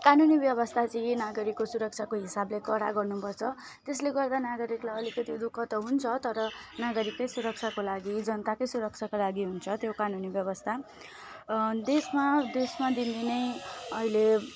कानुनी व्यवस्था चाहिँ यही नागरिकको सुरक्षाको हिसाबले कडा गर्नुपर्छ त्यसले गर्दा नागरिकलाई अलिकति दुःख हुन्छ तर नागरिककै सुरक्षाको लागि जनताकै सुरक्षाको लागि हुन्छ त्यो कानुनी व्यवस्था देशमा देशमा दिनदिनै अहिले